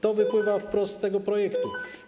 To wypływa wprost z tego projektu.